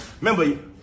remember